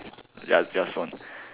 ya just one